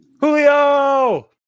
Julio